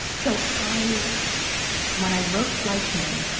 so i when i wrote fleischman,